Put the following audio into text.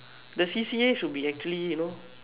the C_C_A should be actually you know